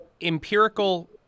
empirical